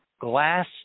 glass